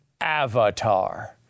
Avatar